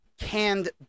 canned